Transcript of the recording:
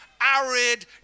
arid